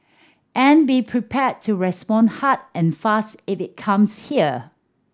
and be prepared to respond hard and fast it comes here